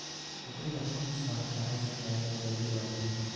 कूकरी ल कोन सा चारा खिलाय ल जल्दी बाड़ही?